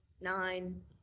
nine